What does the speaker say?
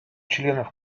членов